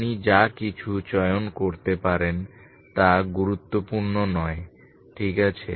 আপনি যা কিছু চয়ন করতে পারেন তা গুরুত্বপূর্ণ নয় ঠিক আছে